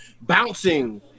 bouncing